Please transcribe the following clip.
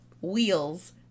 wheels